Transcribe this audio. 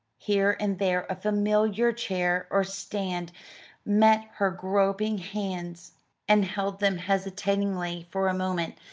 here and there a familiar chair or stand met her groping hands and held them hesitatingly for a moment,